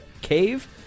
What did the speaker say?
cave